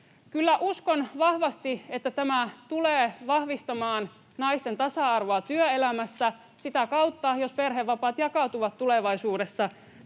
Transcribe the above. kyllä vahvasti, että tämä tulee vahvistamaan naisten tasa-arvoa työelämässä sitä kautta, jos perhevapaat jakautuvat tulevaisuudessa